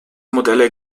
modelle